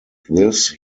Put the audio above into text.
this